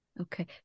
okay